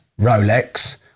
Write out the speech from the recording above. Rolex